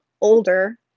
older